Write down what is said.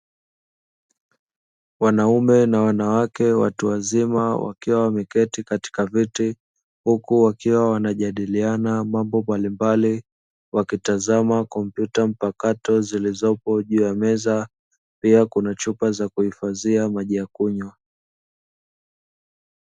Wanaume na wanawake watu wazima wakiwa wameketi katika kiti, huku wakiwa wanajadiliana mambo mbalimbali wakitazama kompyuta mpakato zilizopo juu ya meza pia kuna chupa za kuhifadhia majukumu.